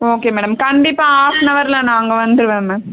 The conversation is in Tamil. ஓகே மேடம் கண்டிப்பாக ஆஃப் னவரில் நான் அங்கே வந்துடுவேன் மேம்